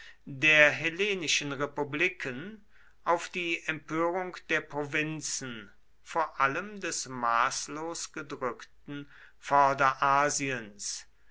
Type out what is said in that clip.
der hellenischen republiken auf die empörung der provinzen vor allem des maßlos gedrückten